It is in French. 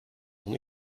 mon